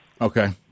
Okay